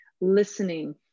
listening